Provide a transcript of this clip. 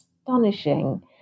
astonishing